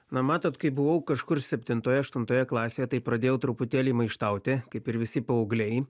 na matot kai buvau kažkur septintoje aštuntoje klasėje tai pradėjau truputėlį maištauti kaip ir visi paaugliai